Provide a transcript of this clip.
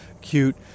cute